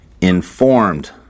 informed